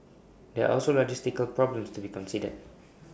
there are also logistical problems to be considered